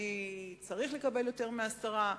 אני צריך לקבל יותר מעשרה?